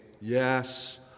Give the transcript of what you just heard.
yes